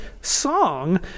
song